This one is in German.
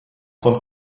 von